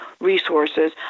resources